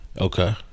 Okay